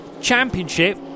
championship